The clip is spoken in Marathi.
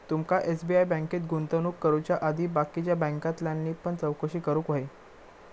तुमका एस.बी.आय बँकेत गुंतवणूक करुच्या आधी बाकीच्या बॅन्कांतल्यानी पण चौकशी करूक व्हयी